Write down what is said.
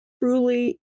truly